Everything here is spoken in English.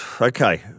Okay